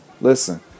Listen